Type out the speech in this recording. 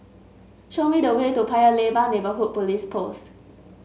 show me the way to Paya Lebar Neighbourhood Police Post